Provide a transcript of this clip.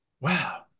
wow